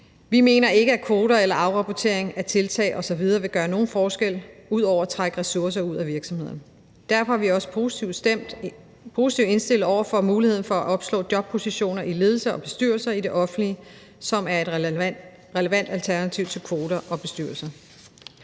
Vi mener ikke, at kvoter eller afrapportering af tiltag osv. vil gøre nogen forskel udover at trække ressourcer ud af virksomheden. Derfor er vi også positivt indstillet over for muligheden for at opslå jobpositioner i ledelser og bestyrelser i det offentlige, som er et relevant alternativ til kvoter og bestyrelser.